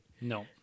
No